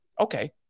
Okay